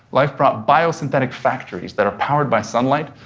life brought biosynthetic factories that are powered by sunlight,